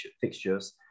fixtures